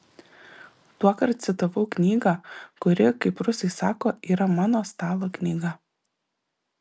tuokart citavau knygą kuri kaip rusai sako yra mano stalo knyga